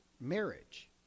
marriage